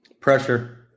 Pressure